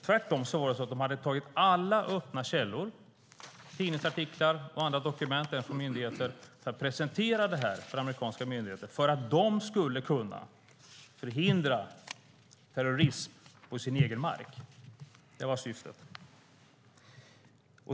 Tvärtom hade de tagit öppna källor, tidningsartiklar och andra dokument, även från myndigheter, för att presentera detta för amerikanska myndigheter så att dessa skulle kunna förhindra terrorism på sin egen mark. Det var syftet.